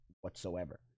whatsoever